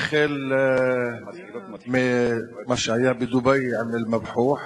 החל במה שהיה בדובאי עם אל-מבחוח,